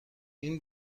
این